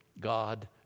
God